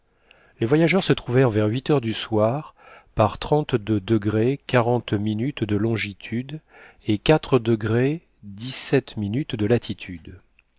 les voyageurs se trouvèrent vers huit heures du soir par de longitude et de latitude